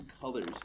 colors